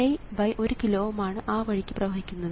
Vi1 kilo Ω ആണ് ആ വഴിക്ക് പ്രവഹിക്കുന്നത്